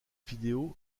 vidéo